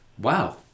wow